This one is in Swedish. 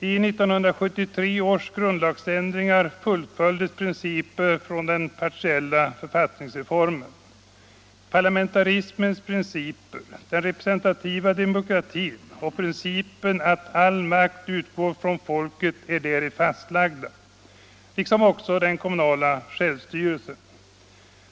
I 1973 års grundlagsändringar fullföljdes principer från den partiella författningsreformen. Parlamentarismens principer, den representativa demokratin och principen att all makt utgår från folket, är där fastlagda, liksom den kommunala självstyrelsen.